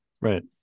right